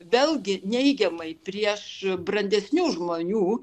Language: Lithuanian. vėlgi neigiamai prieš brandesnių žmonių